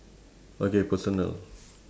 okay personal